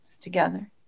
together